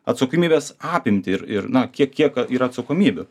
atsakomybės apimtį ir ir na kiek kiek yra atsakomybių